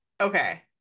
okay